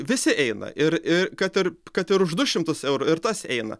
visi eina ir ir kad ir kad ir už du šimtus eurų ir tas eina